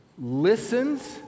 listens